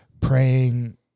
praying